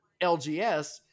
LGS